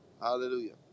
Hallelujah